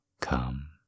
come